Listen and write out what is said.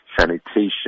sanitation